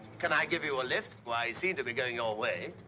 can i give you a lift? why, i seem to be going your way.